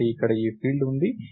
కాబట్టి ఇక్కడ ఈ ఫీల్డ్ ఉంది